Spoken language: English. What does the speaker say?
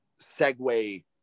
segue